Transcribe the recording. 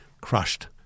crushed